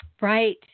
Right